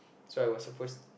so I was supposed